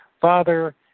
Father